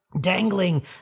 Dangling